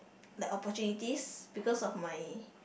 like opportunities because of my